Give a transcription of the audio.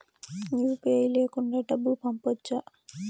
UPI లేకుండా డబ్బు పంపొచ్చా